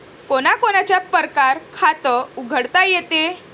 कोनच्या कोनच्या परकारं खात उघडता येते?